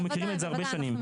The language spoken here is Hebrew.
אנחנו מכירים את זה הרבה שנים.